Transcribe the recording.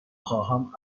خواهم